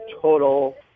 total